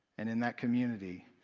and in that community,